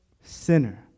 sinner